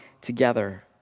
together